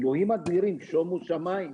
אלוהים אדירים, שומו שמיים,